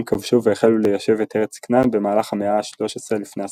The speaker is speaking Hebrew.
כבשו והחלו ליישב את ארץ כנען במהלך המאה ה-13 לפנה"ס.